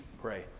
pray